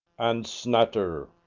and snatter,